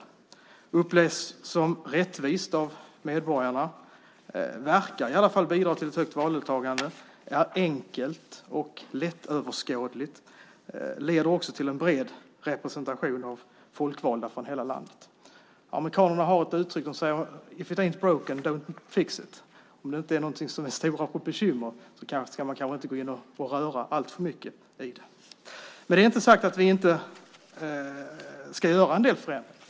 Det upplevs som rättvist av medborgarna och verkar i alla fall bidra till ett högt valdeltagande. Det är enkelt och lätt överskådligt och leder till en bred representation av folkvalda från hela landet. Amerikanerna har uttrycket If it ain't broken, don't fix it! - om det inte är någonting som innebär stora bekymmer ska man kanske inte gå in och röra alltför mycket i det. Men därmed är det inte sagt att vi inte ska göra en del förändringar.